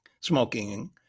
smoking